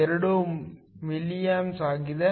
2 milliamps ಆಗಿದೆ